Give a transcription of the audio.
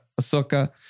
Ahsoka